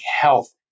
health